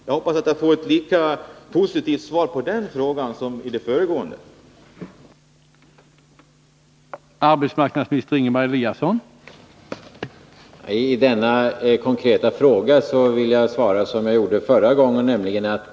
Jag hoppas att jag får ett lika positivt svar på den frågan som jag tidigare fått.